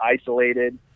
isolated